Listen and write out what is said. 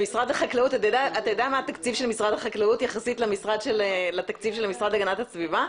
אתה יודע מה התקציב של משרד החקלאות יחסית למשרד להגנת הסביבה?